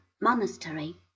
monastery